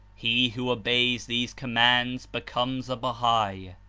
he who obeys these commands becomes a bahai,